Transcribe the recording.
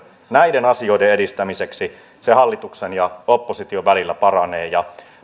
näiden asioiden edistämiseksi hallituksen ja opposition välillä paranee